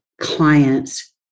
clients